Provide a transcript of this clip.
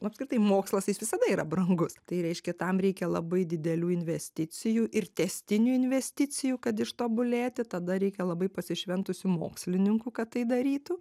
apskritai mokslas jis visada yra brangus tai reiškia tam reikia labai didelių investicijų ir tęstinių investicijų kad ištobulėti tada reikia labai pasišventusių mokslininkų kad tai darytų